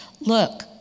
Look